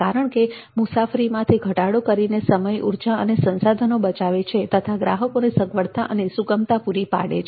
કારણ કે તે મુસાફરીમાં ઘટાડો કરીને સમય ઉર્જા અને સંસાધનો બચાવે છે તથા ગ્રાહકોને સગવડતા અને સુગમતા પૂરી પાડે છે